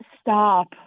stop